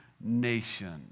nation